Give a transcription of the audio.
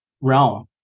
realm